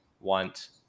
want